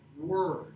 word